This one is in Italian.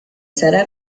sarà